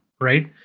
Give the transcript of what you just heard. right